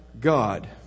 God